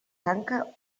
tanca